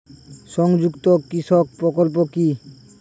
সংযুক্ত কৃষক প্রকল্প কি?